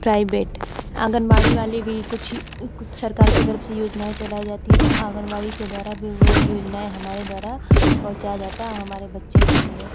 private anganwadi वाले भी कुछ ही कुछ सरकार के तरफ से योजनाएं चलाई जाती हैं तो आंगनवाड़ी के द्वारा भी वो योजनाएँ हमारे द्वारा पहुँचाया जाता है हमारे बच्चों के लिए